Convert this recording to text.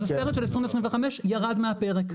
אז הסרט של 2025 ירד מהפרק.